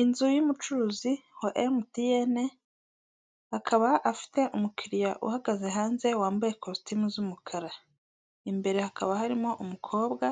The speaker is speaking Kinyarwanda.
Inzu y'umucuruzi wa emutiyene akaba afite umukiriya uhagaze hanze wambaye ikositimu z'umukara, imbere hakaba harimo umukobwa